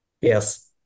Yes